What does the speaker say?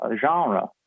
genre